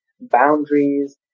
boundaries